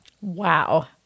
Wow